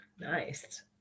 Nice